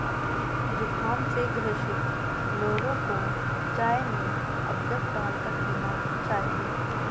जुखाम से ग्रसित लोगों को चाय में अदरक डालकर पीना चाहिए